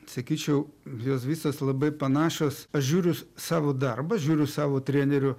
sakyčiau jos visos labai panašios aš žiūriu savo darbą žiūriu savo trenerių